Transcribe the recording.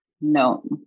No